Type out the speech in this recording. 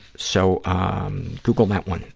so google that one.